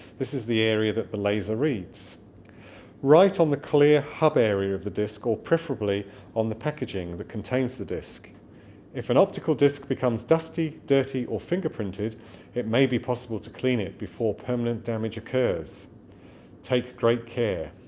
this is the area that the laser reads write on the clear hub area of the disc, or preferably on the packaging that contains the disc if an optical disc becomes dusty, dirty, or fingerprinted it may be possible to clean it before permanent damage occurs take great care.